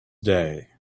day